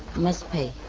must pay.